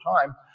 time